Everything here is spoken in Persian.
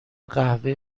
قهوه